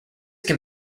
can